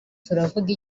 turavuga